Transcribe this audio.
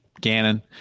Gannon